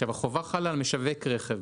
החובה חלה על משווק רכב.